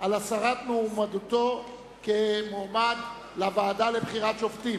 על הסרת מועמדותו לוועדה לבחירת שופטים.